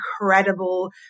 incredible